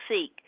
seek